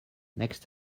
next